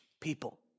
people